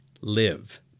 live